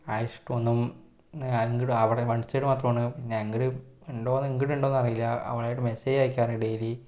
ആ ഇഷ്ടം ഒന്നും അവിടെ വൺ സൈഡ് മാത്രമാണ് ഇങ്കട് ഇങ്കട് ഉണ്ടോയെന്നറിയില്ല അവളായിട്ട് മെസ്സേജജ് അയക്കാറുണ്ട് ഡെയിലി